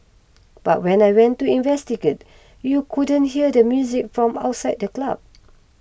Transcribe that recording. but when I went to investigate you couldn't hear the music from outside the club